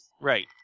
Right